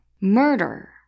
Murder